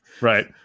Right